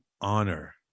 honor